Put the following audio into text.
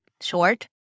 short